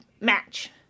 match